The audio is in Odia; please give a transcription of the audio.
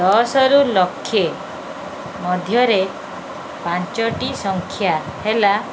ଦଶରୁ ଲକ୍ଷେ ମଧ୍ୟରେ ପାଞ୍ଚଟି ସଂଖ୍ୟା ହେଲା